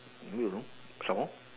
who you know some more